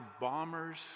bombers